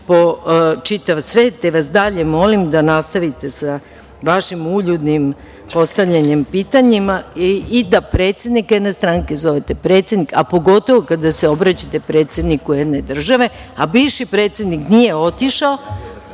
po čitav svet, te vas dalje molim da nastavite sa vašim uljudnim postavljanjem pitanjima i da predsednika jedne stranke zovete predsednik, a pogotovo kada se obraćate predsedniku jedne države. Bivši predsednik nije otišao